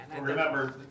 remember